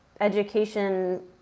education